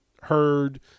heard